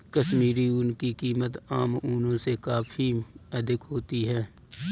कश्मीरी ऊन की कीमत आम ऊनों से काफी अधिक होती है